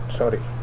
sorry